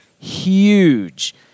huge